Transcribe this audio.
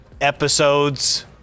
episodes